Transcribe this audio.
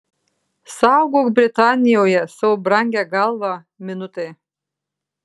saugok britanijoje savo brangią galvą minutai